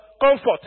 comfort